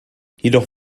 jedoch